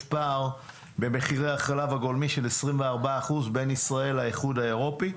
פער של 24% במחירי החלב הגולמי בין ישראל והאיחוד האירופי.